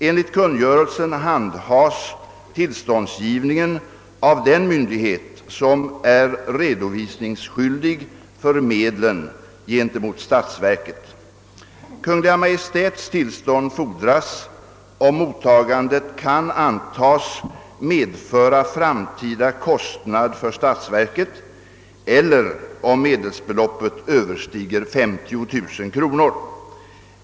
Enligt kungörelsen handhas tillståndsgivningen av den myndighet som är redovisningsskyldig för medlen gentemot statsverket. Kungl. Maj:ts tillstånd fordras om mottagandet kan antas medföra framtida kostnad för statsverket eller om medelsbeloppet överstiger 50000 kronor.